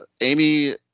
Amy